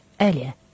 earlier